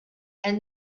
and